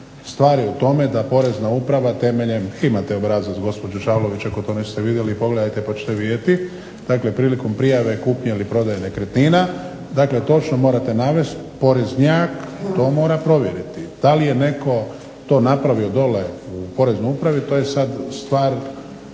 Stvar je u tome da Porezna uprava temeljem, imate obrazac gospođo …/Ne razumije se./… ako to niste vidjeli pogledajte pa ćete vidjeti, dakle prilikom prijave kupnje ili prodaje nekretnina dakle točno morate navesti, poreznjak to mora provjeriti. Da li je netko to napravio dole u poreznoj upravi to je sad stvar